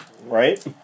Right